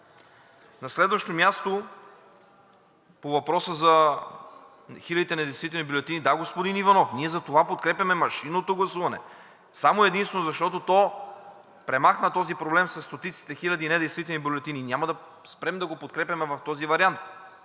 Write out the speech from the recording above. На следващо място, по въпроса за хилядите недействителни бюлетини. Да, господин Иванов, ние затова подкрепяме машинното гласуване само и единствено защото то премахна този проблем със стотиците хиляди недействителни бюлетини. Няма да спрем да го подкрепяме в този вариант.